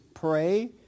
Pray